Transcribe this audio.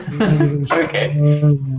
okay